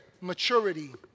maturity